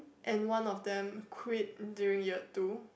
and one of them quit during year two